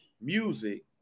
Music